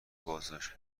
بازداشت